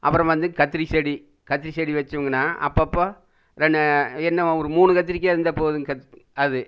அப்புறம் வந்து கத்திரி செடி கத்திரி செடி வைச்சோம்னா அப்பப்போ என்ன என்ன ஒரு மூணு கத்திரிக்காய் இருந்தால் போதுங்க அது